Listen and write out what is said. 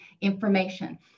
information